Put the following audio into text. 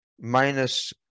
minus